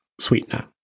sweetener